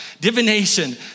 divination